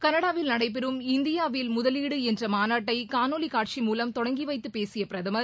களடாவில் நடைபெறும் இந்தியாவில் முதலீடு என்ற மாநாட்டை காணொலி காட்சி மூலம் தொடங்கி வைத்து பேசிய அவர்